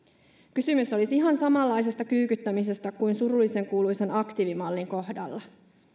kysymys olisi ihan samanlaisesta kyykyttämisestä kuin surullisenkuuluisan aktiivimallin kohdalla